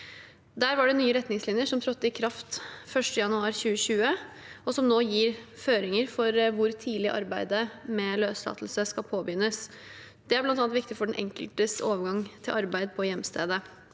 Der kom det nye retningslinjer som trådte i kraft 1. januar 2020, og som nå gir føringer for hvor tidlig arbeidet med løslatelse skal påbegynnes. Dette er bl.a. viktig for den enkeltes overgang til arbeid på hjemstedet.